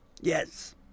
Yes